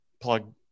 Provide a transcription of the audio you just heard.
plug